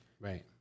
Right